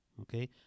Okay